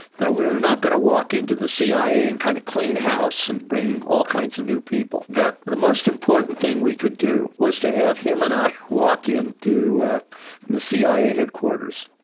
that we're not going to walk into the cia and kind of clean house, and bring all kinds of new people that the most important thing we could do was to have him and i walk into into the cia headquarters,